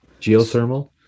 geothermal